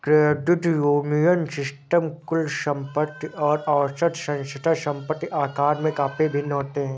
credit union system कुल संपत्ति और औसत संस्था संपत्ति आकार में काफ़ी भिन्न होते हैं